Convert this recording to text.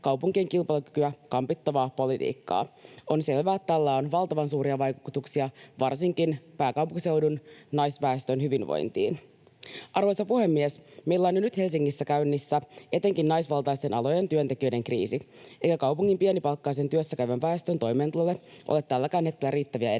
kaupunkien kilpailukykyä kampittavaa politiikkaa. On selvää, että tällä on valtavan suuria vaikutuksia varsinkin pääkaupunkiseudun naisväestön hyvinvointiin. Arvoisa puhemies! Meillä on jo nyt Helsingissä käynnissä etenkin naisvaltaisten alojen työntekijöiden kriisi, eikä kaupungin pienipalkkaisen työssäkäyvän väestön toimeentulolle ole tälläkään hetkellä riittäviä edellytyksiä.